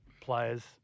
players